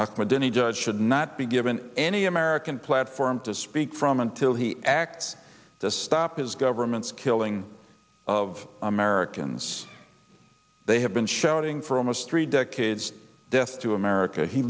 with any judge should not be given any american platform to speak from until he acts this stop his government's killing of americans they have been shouting for almost three decades death to america he